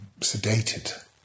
sedated